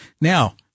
Now